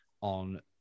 on